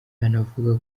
anavuga